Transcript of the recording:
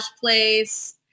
place